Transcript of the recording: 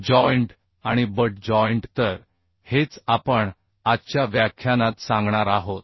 joint आणि butt joint तर हेच आपण आजच्या व्याख्यानात सांगणार आहोत